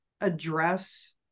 address